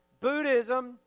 Buddhism